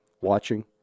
watching